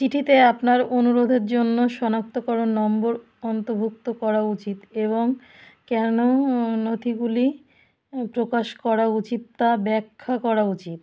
চিঠিতে আপনার অনুরোধের জন্য শনাক্তকরণ নম্বর অন্তর্ভুক্ত করা উচিত এবং কেন নথিগুলি প্রকাশ করা উচিত তা ব্যাখ্যা করা উচিত